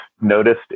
noticed